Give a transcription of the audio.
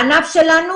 הענף שלנו,